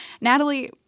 Natalie